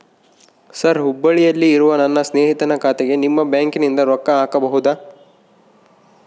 Sir ಹುಬ್ಬಳ್ಳಿಯಲ್ಲಿ ಇರುವ ನನ್ನ ಸ್ನೇಹಿತನ ಖಾತೆಗೆ ನಿಮ್ಮ ಬ್ಯಾಂಕಿನಿಂದ ರೊಕ್ಕ ಹಾಕಬಹುದಾ?